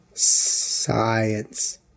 science